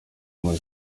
muri